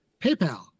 paypal